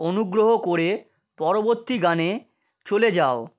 অনুগ্রহ করে পরবর্তী গানে চলে যাও